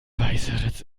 weißeritz